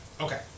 Okay